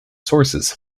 sources